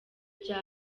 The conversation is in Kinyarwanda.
cya